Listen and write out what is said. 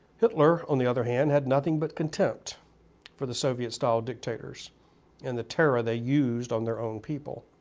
hitler on the other hand had nothing but contempt for the soviet-styled dictators and the terror they used on their own people.